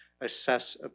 assess